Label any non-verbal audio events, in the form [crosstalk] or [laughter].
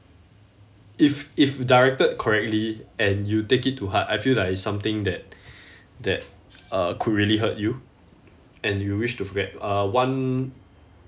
if if directed correctly and you take it to heart I feel like it's something that [breath] that uh could really hurt you and you wish to forget uh one